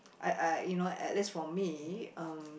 I I you know at least for me um